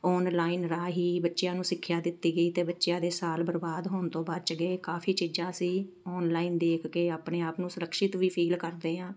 online ਰਾਹੀਂ ਬੱਚਿਆਂ ਨੂੰ ਸਿੱਖਿਆ ਦਿੱਤੀ ਗਈ ਅਤੇ ਬੱਚਿਆਂ ਦੇ ਸਾਲ ਬਰਬਾਦ ਹੋਣ ਤੋਂ ਬਚ ਗਏ ਕਾਫ਼ੀ ਚੀਜ਼ਾਂ ਅਸੀਂ ਔਨਲਾਈਨ ਦੇਖ ਕੇ ਆਪਣੇ ਆਪ ਨੂੰ ਸੁਰੱਖਸ਼ਿਤ ਵੀ ਫੀਲ ਕਰਦੇ ਹਾਂ